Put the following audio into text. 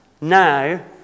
now